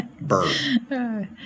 bird